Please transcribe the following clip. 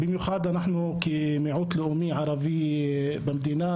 במיוחד אנחנו כמיעוט ערבי במדינה,